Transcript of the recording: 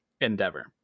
endeavor